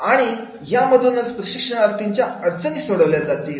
आणि या मधून प्रशिक्षणार्थींच्या अडचणी सोडवल्या जातील